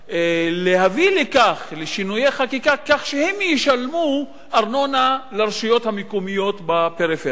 להביא לשינויי חקיקה כך שהן ישלמו ארנונה לרשויות המקומיות בפריפריה.